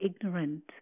ignorant